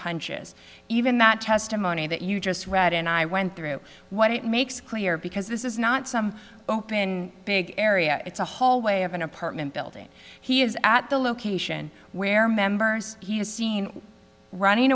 punches even that testimony that you just read and i went through what it makes clear because this is not some open big area it's a hallway of an apartment building he is at the location where members he is seen running